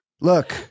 Look